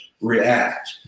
react